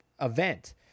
event